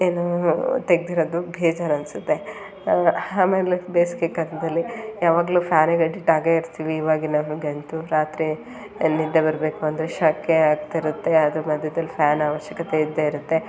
ಏನು ತೆಗೆದಿರೋದು ಬೇಜಾರು ಅನಿಸುತ್ತೆ ಆಮೇಲೆ ಬೇಸಿಗೆ ಕಾಲದಲ್ಲಿ ಯಾವಾಗಲೂ ಫ್ಯಾನಿಗೆ ಎಡಿಟ್ ಆಗೇ ಇರ್ತೀವಿ ಇವಾಗಿನವ್ರಿಗಂತೂ ರಾತ್ರಿ ನಿದ್ದೆ ಬರಬೇಕು ಅಂದರೆ ಸೆಖೆ ಆಗ್ತಾ ಇರುತ್ತೆ ಅದ್ರ ಮಧ್ಯದಲ್ಲಿ ಫ್ಯಾನ್ ಆವಶ್ಯಕತೆ ಇದ್ದೇ ಇರುತ್ತೆ